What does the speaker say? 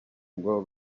ngo